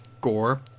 gore